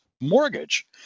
mortgage